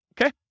Okay